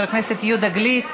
נעבור להצעות לסדר-היום